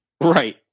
Right